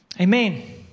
Amen